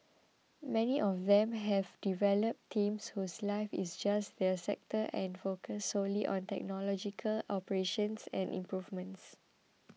many of them have developed teams whose life is just their sector and focus solely on technological operations and improvements